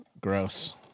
gross